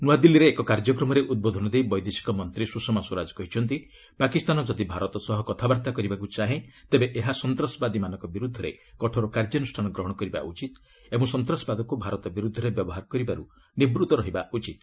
ନ୍ନଆଦିଲ୍ଲୀରେ ଏକ କାର୍ଯ୍ୟକ୍ରମରେ ଉଦ୍ବୋଧନ ଦେଇ ବୈଦେଶିକ ମନ୍ତ୍ରୀ ସୁଷମା ସ୍ୱରାଜ କହିଛନ୍ତି ପାକିସ୍ତାନ ଯଦି ଭାରତ ସହ କଥାବାର୍ତ୍ତା କରିବାକୁ ଚାହେଁ ତେବେ ଏହା ସନ୍ତାସବାଦୀମାନଙ୍କ ବିରୁଦ୍ଧରେ କଠୋର କାର୍ଯ୍ୟାନୁଷ୍ଠାନ ଗ୍ରହଣ କରିବା ଉଚିତ୍ ଓ ସନ୍ତାସବାଦକୁ ଭାରତ ବିରୁଦ୍ଧରେ ବ୍ୟବହାର କରିବାରୁ ନିବୃତ୍ତ ରହିବା ଉଚିତ୍